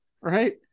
Right